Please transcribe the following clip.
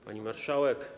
Pani Marszałek!